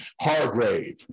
Hargrave